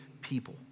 people